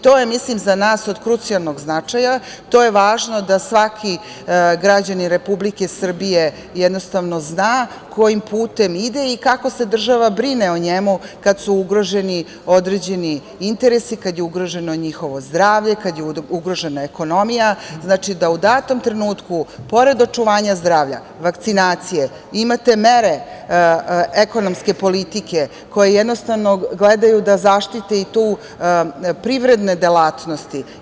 To je za nas od krucijalnog značaja, to je važno da svaki građanin Republike Srbije jednostavno zna, kojim putem ide i kako se država brine o njemu kad su ugroženi određeni interesi, kad je ugroženo njihovo zdravlje, kad je ugrožena ekonomija, da u datom trenutku pored očuvanja zdravlja, vakcinacije imate mere ekonomske politike koje jednostavno gledaju da zaštite i tu privredne delatnosti.